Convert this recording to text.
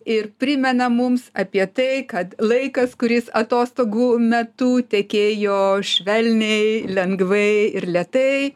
ir primena mums apie tai kad laikas kuris atostogų metu tekėjo švelniai lengvai ir lėtai